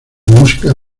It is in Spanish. música